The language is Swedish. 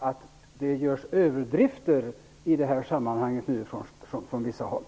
Men jag anser att det från vissa håll görs överdrifter.